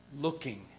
looking